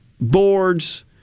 boards